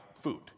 food